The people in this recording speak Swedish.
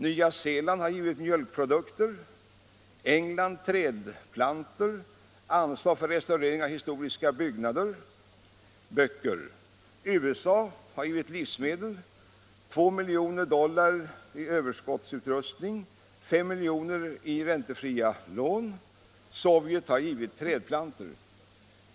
Nya Zeeland har givit mjölkprodukter. England har givit trädplantor, anslag till restaurering av historiska byggnader och böcker. USA har givit livsmedel, 2 miljoner dollar i överskottsutrustning och S miljoner i räntefria lån. Sovjetunionen har givit trädplantor.